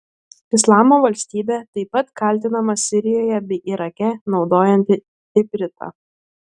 islamo valstybė taip pat kaltinama sirijoje bei irake naudojanti ipritą